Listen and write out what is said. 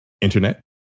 internet